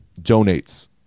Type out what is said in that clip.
donates